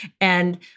and-